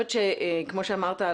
שכמו שאמרת,